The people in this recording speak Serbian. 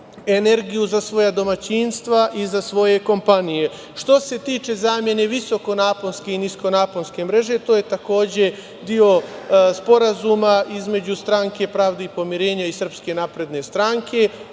energiju za svoja domaćinstva i za svoje kompanije. Što se tiče zamene visokonaponske i niskonaponske mreže, to je takođe deo sporazuma između Stranke pravde i pomirenja i Srpske napredne stranke.